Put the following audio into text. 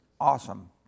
awesome